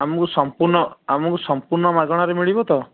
ଆମକୁ ସମ୍ପୂର୍ଣ୍ଣ ଆମକୁ ସମ୍ପୂର୍ଣ୍ଣ ମାଗଣାରେ ମିଳିବ ତ